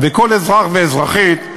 כל אזרח ואזרחית,